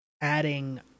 adding